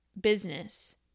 business